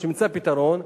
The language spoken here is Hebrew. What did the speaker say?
נמצא פתרון.